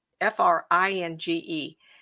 F-R-I-N-G-E